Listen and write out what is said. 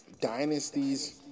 dynasties